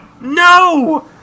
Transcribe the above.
No